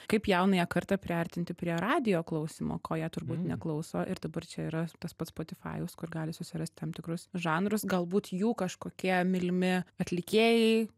kaip jaunąją kartą priartinti prie radijo klausymo ko jie turbūt neklauso ir dabar čia yra tas pats spotifajus kur gali susirast tam tikrus žanrus galbūt jų kažkokie mylimi atlikėjai